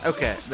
Okay